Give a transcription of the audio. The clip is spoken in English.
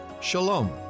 shalom